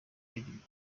w’igihugu